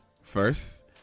first